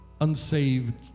unsaved